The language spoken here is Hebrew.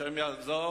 השם יעזור